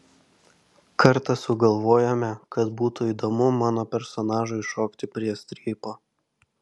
kartą sugalvojome kad būtų įdomu mano personažui šokti prie strypo